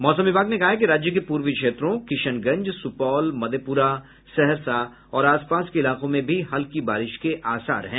मौसम विभाग ने कहा है कि राज्य के पूर्वी क्षेत्रों किशनगंज सुपौल मधेप्रा सहरसा और आस पास के इलाकों में भी हल्की बारिश के आसार हैं